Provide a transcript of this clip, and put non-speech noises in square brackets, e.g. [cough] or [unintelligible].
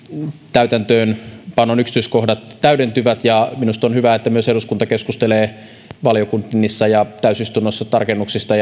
täytäntöönpanon yksityiskohdat täydentyvät minusta on hyvä että myös eduskunta keskustelee valiokunnissa ja täysistunnossa tarkennuksista [unintelligible]